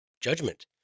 judgment